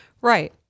Right